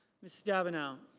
miss stabenow.